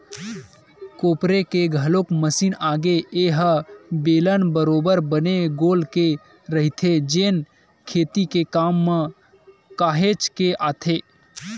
कोपरे के घलोक मसीन आगे ए ह बेलन बरोबर बने गोल के रहिथे जेन खेती के काम म काहेच के आथे